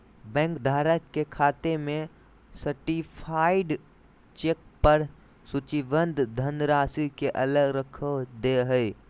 bank धारक के खाते में सर्टीफाइड चेक पर सूचीबद्ध धनराशि के अलग रख दे हइ